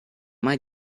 mai